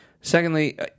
Secondly